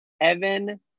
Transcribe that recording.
Evan